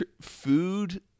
food